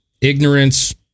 ignorance